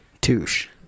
Touche